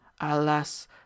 alas